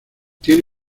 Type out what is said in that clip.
tiene